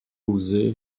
łzy